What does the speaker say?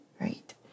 right